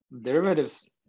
derivatives